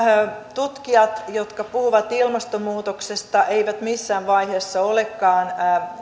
tutkijat jotka puhuvat ilmastonmuutoksesta eivät missään vaiheessa olekaan